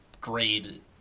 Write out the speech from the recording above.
grade